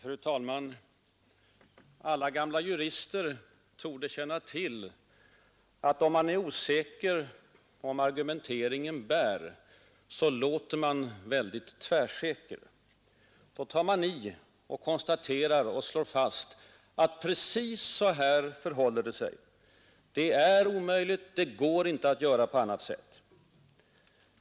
Fru talman! Alla gamla jurister torde känna till att om man är osäker på om argumenteringen bär försöker man låta väldigt tvärsäker. Då tar man i, man konstaterar, man slår fast att precis så här förhåller det sig.